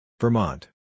Vermont